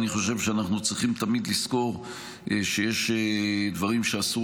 אני חושב שאנחנו צריכים תמיד לזכור שיש דברים שאסור